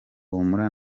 humura